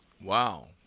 Wow